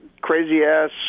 crazy-ass